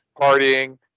partying